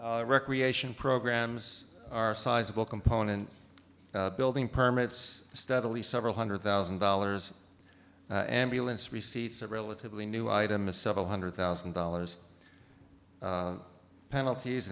recreation programs are sizable component building permits steadily several hundred thousand dollars ambulance receipts a relatively new item a several hundred thousand dollars penalties